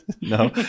No